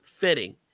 fitting